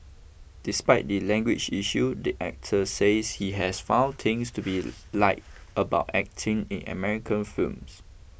despite the language issue the actor says he has found things to be like about acting in American films